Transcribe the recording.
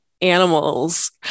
animals